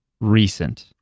recent